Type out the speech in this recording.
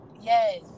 Yes